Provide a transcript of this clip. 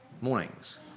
mornings